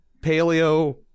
paleo